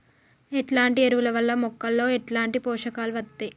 ఎట్లాంటి ఎరువుల వల్ల మొక్కలలో ఎట్లాంటి పోషకాలు వత్తయ్?